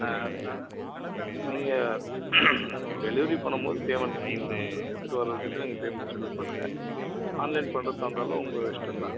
ஆ நீங்கள் டெலிவரி பண்ணும்போது பேமெண்ட் பண்ணி கொடுத்துருங்க எடுத்துகிட்டு வரதுக்குள்ளே நீங்கள் பேமெண்ட் ஷெட்யூல் பண்ணுங்க ஆன்லைனில் பண்ணுறதா இருந்தாலும் உங்கள் இஷ்டம் தான்